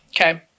Okay